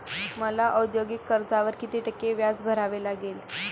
मला औद्योगिक कर्जावर किती टक्के व्याज भरावे लागेल?